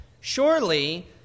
Surely